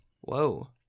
Whoa